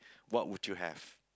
what would you have